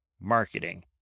marketing